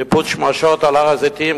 ניפוץ שמשות על הר-הזיתים,